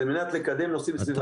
על מנת לקדם נושאים סביבתיים.